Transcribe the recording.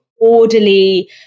orderly